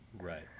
right